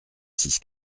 six